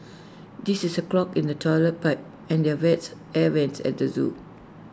this is A clog in the Toilet Pipe and the vents air Vents at the Zoo